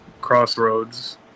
Crossroads